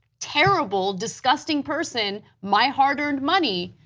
terrible, disgusting person my hard earned money,